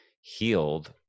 healed